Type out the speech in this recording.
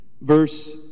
verse